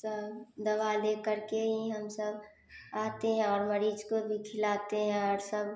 सब दवा लेकर के ही हम सब आते हैं और मरीज़ को भी खिलाते हैं और सब